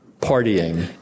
partying